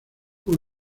fue